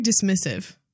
dismissive